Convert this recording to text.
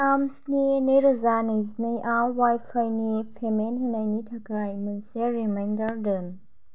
थाम स्नि नैरोजा नैजिनैआव वाइफाइनि पेमेन्ट होनायनि थाखाय मोनसे रिमाइन्डार दोन